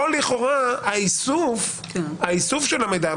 פה לכאורה איסוף המידע,